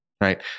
right